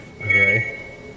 Okay